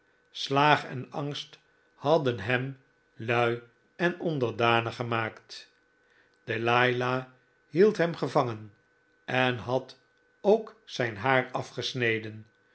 slaag en angst hadden hem lui en onderdanig gemaakt delilah hield hem gevangen en had ook zijn haar afgesneden